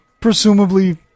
presumably